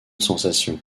sensation